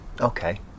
okay